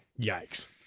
Yikes